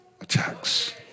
attacks